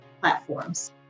platforms